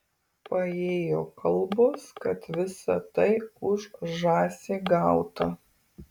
paėjo kalbos kad visa tai už žąsį gauta